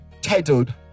titled